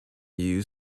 you